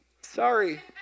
Sorry